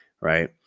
right